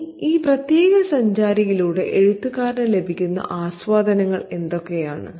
ഇനി ഈ പ്രത്യേക സഞ്ചാരിയിലൂടെ എഴുത്തുകാരന് ലഭിക്കുന്ന ആസ്വാദനങ്ങൾ എന്തൊക്കെയാണ്